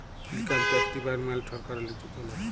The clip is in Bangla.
ইলকাম ট্যাক্স ডিপার্টমেল্ট ছরকারের লিচে চলে